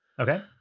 Okay